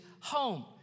home